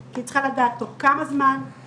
מתקדמת ומשתנה ומה שאי אפשר היה לגלות בממוגרפיה אנלוגית